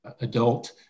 adult